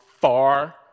far